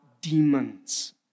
demons